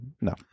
No